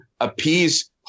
appease